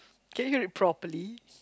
can you read properly